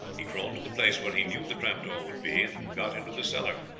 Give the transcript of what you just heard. he crawled to the place where he knew the trapdoor would be, and got into the cellar.